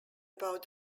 about